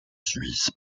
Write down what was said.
suisse